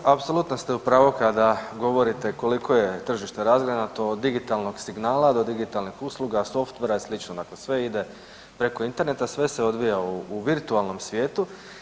Pa kolega apsolutno ste u pravu kada govorite koliko je tržište razgranato od digitalnog signala do digitalnih usluga, softvera i sl. dakle sve ide preko interneta sve se odvija u virtualnom svijetu.